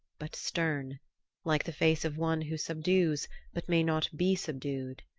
but stern like the face of one who subdues but may not be subdued.